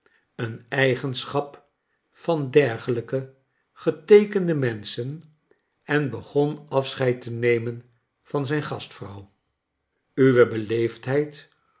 een eigenschap van dergelijke geteekende menschen en begon afscheid te nemen van zijn gastvxouw uwe